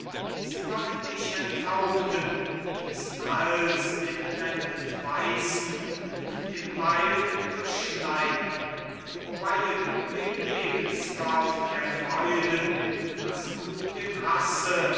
sie wollen dich enthaupten diesen hals den blendend weißen mit dem beil durchschneiden o weihe du dem lebensgott der freuden was du dem hasse